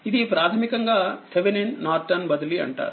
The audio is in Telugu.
ఇది ప్రాథమికంగా థీవెనిన్ నార్టన్బదిలీ అంటారు